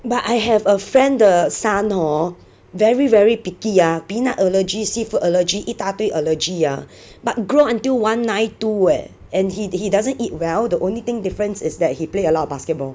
but I have a friend the son hor very very picky ah peanut allergy seafood allergy 一大堆 allergy ah but grow until one nine two eh and he he doesn't eat well the only thing difference is that he play a lot of basketball